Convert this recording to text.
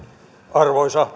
arvoisa